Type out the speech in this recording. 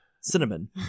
cinnamon